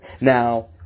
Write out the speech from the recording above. now